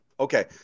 Okay